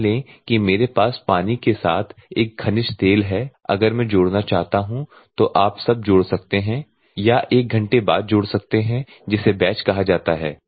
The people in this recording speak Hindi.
मान लें कि मेरे पास पानी के साथ एक खनिज तेल है अगर मैं जोड़ना चाहता हूं तो आप अब जोड़ सकते हैं या 1 घंटे के बाद जोड़ सकते हैं जिसे बैच कहा जाता है